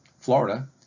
Florida